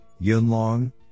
Yunlong